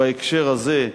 בהקשר הזה,